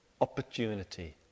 opportunity